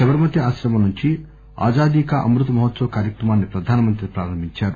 సబర్మతీ ఆశ్రమం నుంచి ఆజాదీకా అమృత్ మహోత్సవ్ కార్యక్రమాన్ని ప్రధానమంత్రి ప్రారంభించారు